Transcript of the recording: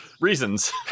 reasons